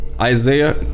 Isaiah